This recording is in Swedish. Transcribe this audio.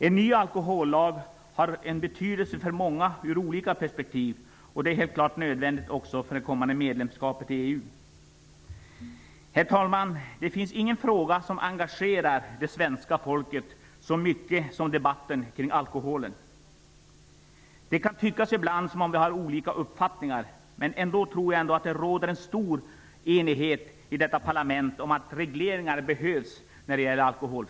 En ny alkohollag har en betydelse från många olika perspektiv, och den är helt klart nödvändigt inför det kommande medlemskapet i EU. Herr talman! Det finns ingen fråga som engagerar det svenska folket så mycket som debatten kring alkoholen. Det kan tyckas ibland som att vi har olika uppfattningar. Men ändå tror jag att det råder en stor enighet i detta parlament om att det behövs regleringar i fråga om alkohol.